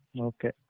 Okay